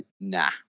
nah